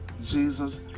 Jesus